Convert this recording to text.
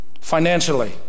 financially